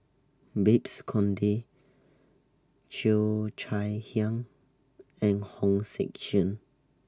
Babes Conde Cheo Chai Hiang and Hong Sek Chern